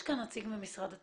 יש כאן נציג ממשרד התחבורה?